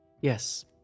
Yes